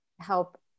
help